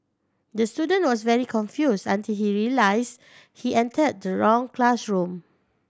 the student was very confused until he realised he entered the wrong classroom